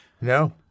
no